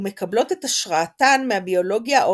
ומקבלות את השראתן מהביולוגיה או